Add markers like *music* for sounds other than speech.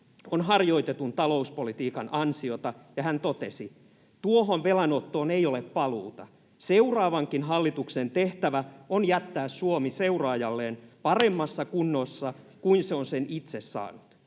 on harjoitetun talouspolitiikan ansiota, ja hän totesi: ”Tuohon velanottoon ei ole paluuta. Seuraavankin hallituksen tehtävä on jättää Suomi seuraajalleen *noise* paremmassa kunnossa kuin se on sen itse saanut.”